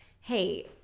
hey